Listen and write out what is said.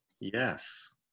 Yes